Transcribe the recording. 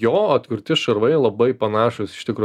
jo atkurti šarvai labai panašūs iš tikro